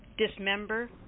Dismember